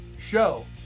show